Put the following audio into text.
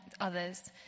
others